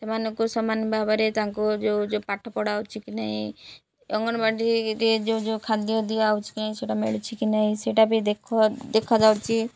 ସେମାନଙ୍କୁ ସମାନ ଭାବରେ ତାଙ୍କୁ ଯେଉଁ ଯେଉଁ ପାଠ ପଢ଼ା ହଉଛି କି ନାହିଁ ଅଙ୍ଗନବାଡ଼ିରେ ଯେଉଁ ଯେଉଁ ଖାଦ୍ୟ ଦିଆହଉଛି କି ନାହିଁ ସେଇଟା ମିଳୁଛି କି ନାହିଁ ସେଇଟା ବି ଦେଖୁ ଦେଖାଯାଉଛି